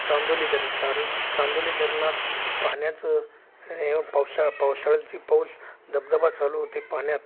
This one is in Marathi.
चांदोली धरण चार चांदोली धरणात पाहण्याचं पावसाळा पावसाळ्यांची पाऊस धबधबा चालू होते पाण्यात